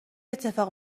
اتفاق